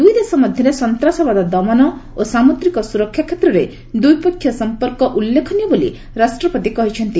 ଦୁଇ ଦେଶ ମଧ୍ୟରେ ସନ୍ତାସବାଦ ଦମନ ଓ ସାମୁଦ୍ରିକ ସୁରକ୍ଷା କ୍ଷେତ୍ରରେ ଦ୍ୱିପକ୍ଷୀୟ ସମ୍ପର୍କ ଉଲ୍ଲେଖନୀୟ ବୋଲି ରାଷ୍ଟ୍ରପତି କହିଛନ୍ତି